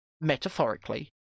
metaphorically